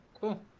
cool